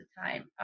time